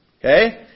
Okay